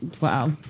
Wow